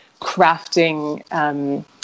crafting